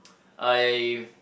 I